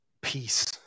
peace